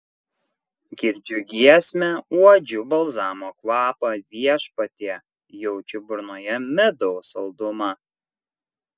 girdžiu giesmę uodžiu balzamo kvapą viešpatie jaučiu burnoje medaus saldumą